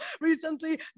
recently